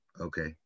Okay